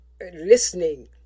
listening